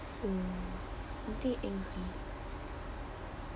mm nothing angry